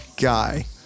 Guy